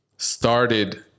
Started